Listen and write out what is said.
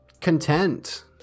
content